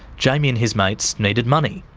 jamy and his mates needed money.